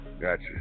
Gotcha